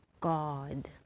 God